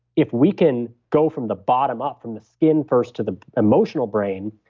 if we can go from the bottom up from the skin first to the emotional brain,